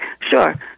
Sure